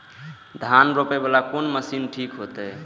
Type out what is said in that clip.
धान रोपे वाला कोन मशीन ठीक होते?